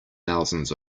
thousands